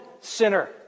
sinner